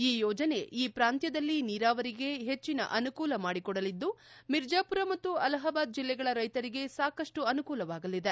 ಈ ಯೋಜನೆ ಈ ಪ್ರಾಂತ್ಯದಲ್ಲಿ ನೀರಾವರಿಗೆ ಹೆಚ್ಚನ ಅನುಕೂಲ ಮಾಡಿಕೊಡಲಿದ್ದು ಮಿರ್ಜಾಪುರ ಮತ್ತು ಅಲಹಾಬಾದ್ ಜಿಲ್ಲೆಗಳ ರೈತರಿಗೆ ಸಾಕಷ್ಟು ಅನುಕೂಲವಾಗಲಿದೆ